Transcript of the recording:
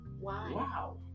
Wow